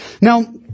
Now